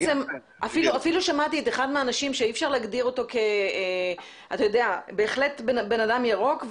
אפילו שמעתי אאחד האנשים שאי אפשר להגדיר אותו שהוא בהחלט בן אדם ירוק,